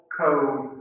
code